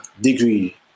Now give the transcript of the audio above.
Degree